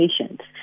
patients